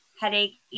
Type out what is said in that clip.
Headache